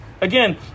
Again